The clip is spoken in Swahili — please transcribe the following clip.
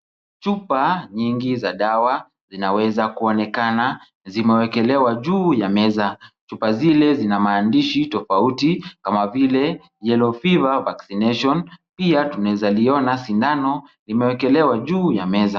Chupa nyingi za dawa zinaweza kuonekana zimewekelewa juu ya meza. Chupa zile zina maandishi tofauti kama vile yellow fever vaccination . Pia tunaweza liona sindano limeekelewa juu ya meza.